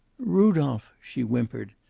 rudolph! she whimpered.